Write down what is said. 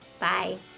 Bye